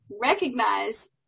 recognize